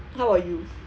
how about you